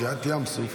קריעת ים סוף,